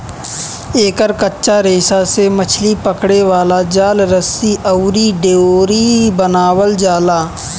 एकर कच्चा रेशा से मछली पकड़े वाला जाल, रस्सी अउरी डोरी बनावल जाला